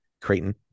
Creighton